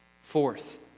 Fourth